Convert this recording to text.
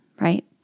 right